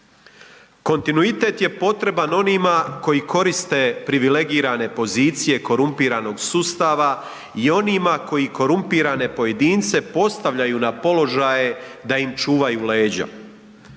Kontinuitet je potreban onima koji koriste privilegirane pozicije korumpiranog sustava i onima koji korumpirane pojedince postavljaju na položaje da im čuvaju leđa.